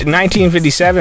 1957